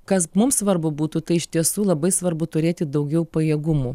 kas mums svarbu būtų tai iš tiesų labai svarbu turėti daugiau pajėgumų